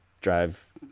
drive